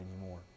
anymore